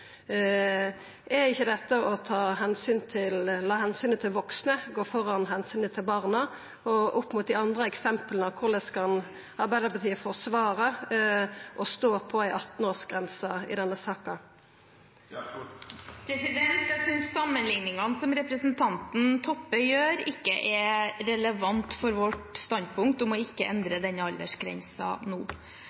Er ikkje dette å la omsynet til vaksne gå føre omsynet til barna? Opp mot dei andre eksempla: Korleis kan Arbeidarpartiet forsvara å stå på ei 18-årsgrense i denne saka? Jeg synes sammenligningene som representanten Toppe gjør, ikke er relevant for vårt standpunkt om ikke å endre denne